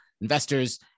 investors